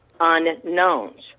unknowns